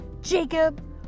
Jacob